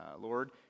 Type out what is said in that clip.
Lord